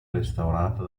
restaurata